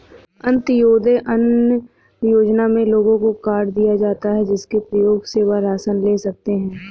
अंत्योदय अन्न योजना में लोगों को कार्ड दिए जाता है, जिसके प्रयोग से वह राशन ले सकते है